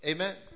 Amen